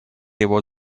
его